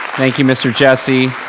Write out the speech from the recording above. thank you mr. jesse.